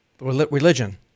religion